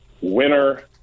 winner